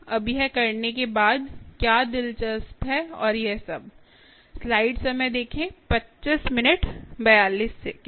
अब यह करने के बाद क्या दिलचस्प है और यह सब